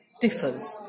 differs